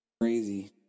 Crazy